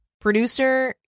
producer